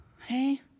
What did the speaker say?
Hey